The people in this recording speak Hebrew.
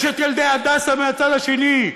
יש את ילדי הדסה מהצד השני.